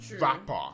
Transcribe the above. rapper